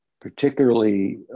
particularly